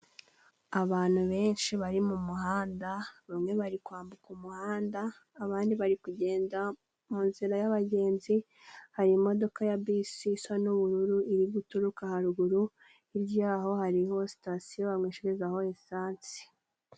Abantu benshi bari mu muhanda bamwe bari kwambuka umuhanda ,abandi bari kugenda munzira yabagenzi hari imodoka, ya bisi isa n'ubururu iri guturuka haruguru hirya yaho hariho, sitasiyo bamo kunkwesherezaho lisansi.